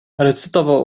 recytował